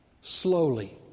slowly